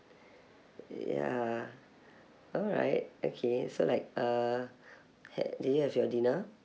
ya alright okay so like uh ha~ did you have your dinner